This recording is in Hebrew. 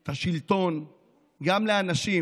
את השלטון גם לאנשים